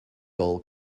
goal